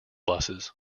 buses